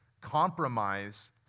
compromise